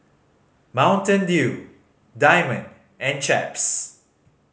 Mountain Dew Diamond and Chaps